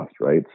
right